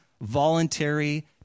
voluntary